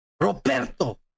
Roberto